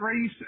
race